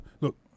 Look